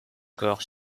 corps